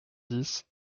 dix